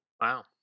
Wow